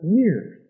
years